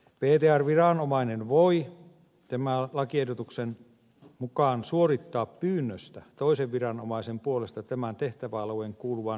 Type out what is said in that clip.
ptr viranomainen voi tämän lakiehdotuksen mukaan suorittaa pyynnöstä toisen viranomaisen puolesta tämän tehtäväalueeseen kuuluvan rikostorjuntatoimenpiteen